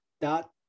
dot